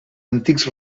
antics